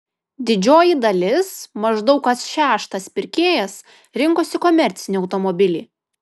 didžioji dalis maždaug kas šeštas pirkėjas rinkosi komercinį automobilį